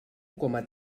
coma